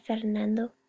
fernando